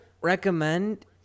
recommend